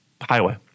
highway